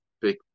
big